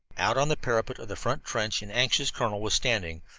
out on the parapet of the front trench an anxious colonel was standing,